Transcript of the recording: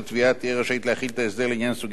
להחיל את ההסדר לעניין סוגי עבירות מסוימות,